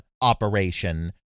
operation